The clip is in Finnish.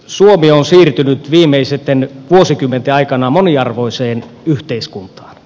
suomi on siirtynyt viimeisten vuosikymmenten aikana moniarvoiseen yhteiskuntaan